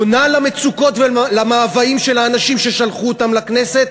עונה על המצוקות ועל המאוויים של האנשים ששלחו אותה לכנסת?